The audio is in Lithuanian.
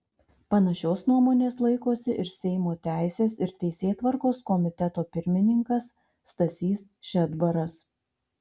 panašios nuomonės laikosi ir seimo teisės ir teisėtvarkos komiteto pirmininkas stasys šedbaras